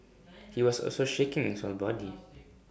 he was also shaking his whole body